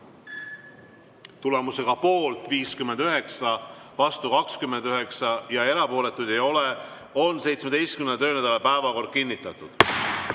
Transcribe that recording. Tulemusega poolt 59, vastu 29 ja erapooletuid ei ole, on 17. töönädala päevakord kinnitatud.